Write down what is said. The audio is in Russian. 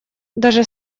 даже